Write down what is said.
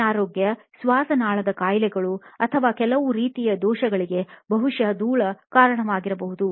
ಅನಾರೋಗ್ಯ ಶ್ವಾಸನಾಳದ ಕಾಯಿಲೆಗಳು ಅಥವಾ ಕೆಲವು ರೀತಿಯ ದೋಷಗಳಿಗೆ ಬಹುಶಃ ಧೂಳು ಕಾರಣವಾಗಬಹುದು